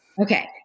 Okay